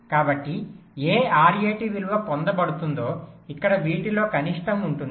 కాబట్టి ఏ RAT విలువ పొందబడుతుందో ఇక్కడ వీటిలో కనిష్టం ఉంటుంది